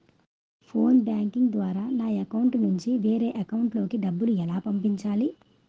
Phone banking ద్వారా నా account నుంచి వేరే అకౌంట్ లోకి డబ్బులు ఎలా పంపించాలి?